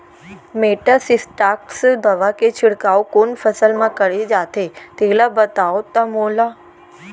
Metasystox दवा के छिड़काव कोन फसल म करे जाथे तेला बताओ त मोला?